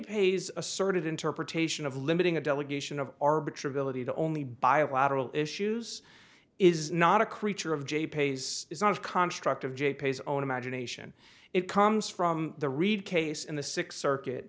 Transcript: hayes asserted interpretation of limiting a delegation of arbiter ability to only bilateral issues is not a creature of j pace it's not a construct of jay's own imagination it comes from the reed case in the sixth circuit